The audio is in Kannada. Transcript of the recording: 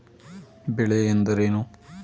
ಬೆಳೆ ಎಂದರೇನು?